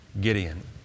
Gideon